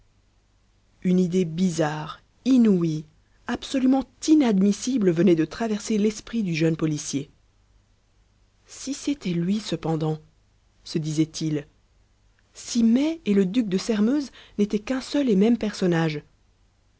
une idée bizarre inouïe absolument inadmissible venait de traverser l'esprit du jeune policier si c'était lui cependant se disait-il si mai et le duc de sairmeuse n'étaient qu'un seul et même personnage